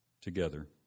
together